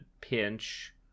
pinch